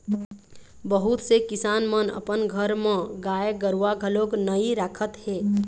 बहुत से किसान मन अपन घर म गाय गरूवा घलोक नइ राखत हे